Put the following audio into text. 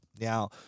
Now